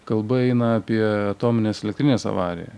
kalba eina apie atominės elektrinės avariją